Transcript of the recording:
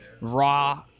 raw